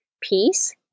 Peace